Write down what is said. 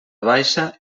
baixa